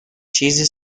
چیزی